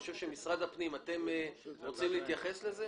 אנשי משרד הפנים, אתם רוצים להתייחס לזה?